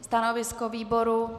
Stanovisko výboru?